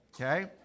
okay